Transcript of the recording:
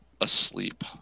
asleep